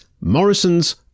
Morrison's